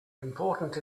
important